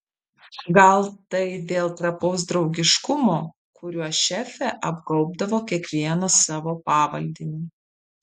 gal tai dėl trapaus draugiškumo kuriuo šefė apgaubdavo kiekvieną savo pavaldinį